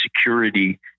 security